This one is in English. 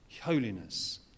holiness